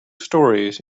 storeys